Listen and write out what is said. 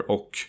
Och